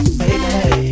baby